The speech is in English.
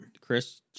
Chris